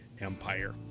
empire